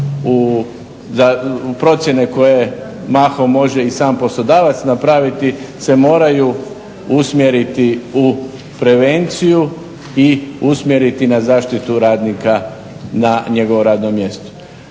u procjene koje mahom može i sam poslodavac napraviti se moraju usmjeriti u prevenciju i usmjeriti na zaštitu radnika na njegovom radnom mjestu.